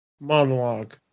monologue